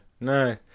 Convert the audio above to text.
No